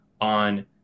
on